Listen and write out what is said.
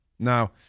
Now